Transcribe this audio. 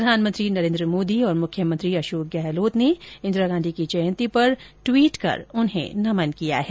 प्रधानमंत्री नरेन्द्र मोदी और मुख्यमंत्री अशोक गहलोत ने इंदिरा गांधी की जयंती पर ट्वीट कर उन्हें नमन किया है